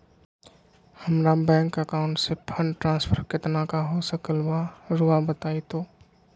हमरा bank account से fund transfer कितना का हो सकल बा रुआ बताई तो?